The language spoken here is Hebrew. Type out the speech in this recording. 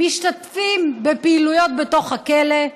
משתתפים בפעילויות בתוך הכלא,